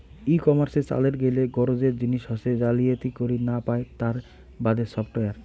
ই commerce চালের গেইলে গরোজের জিনিস হসে জালিয়াতি করির না পায় তার বাদে সফটওয়্যার